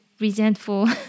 resentful